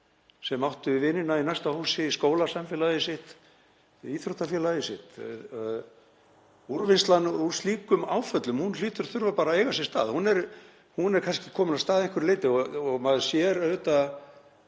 sem áttu vini í næsta húsi, skólasamfélagið sitt, íþróttafélagið sitt. Úrvinnslan úr slíkum áföllum hlýtur að þurfa að eiga sér stað. Hún er kannski komin af stað að einhverju leyti og maður sér það auðvitað.